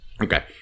Okay